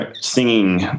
singing